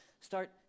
start